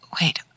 Wait